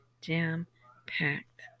jam-packed